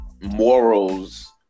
morals